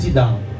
down